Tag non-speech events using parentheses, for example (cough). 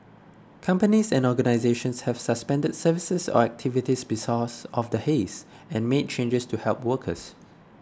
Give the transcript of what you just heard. companies and organisations have suspended services or activities (unintelligible) of the haze and made changes to help workers